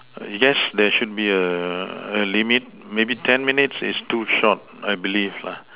I guess there should be a a limit maybe ten minutes is too short I believe lah